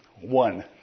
One